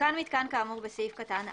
הותקן מיתקן כאמור בסעיף קטן (א)